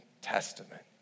Testament